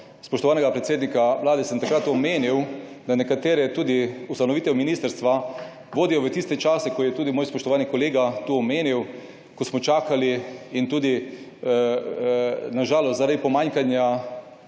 spoštovanega predsednika vlade sem takrat omenil, da nekatere zadeve, tudi ustanovitev ministrstva, vodijo v tiste čase, ki ga je tudi moj spoštovani kolega tu omenil, ko smo na žalost zaradi pomanjkanja